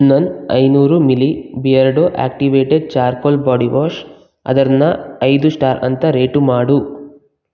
ನನ್ನ ಐನೂರು milli Beardo activated charcoal body wash ಅದನ್ನ ಐದು ಶ್ಟಾರ್ ಅಂತ ರೇಟು ಮಾಡು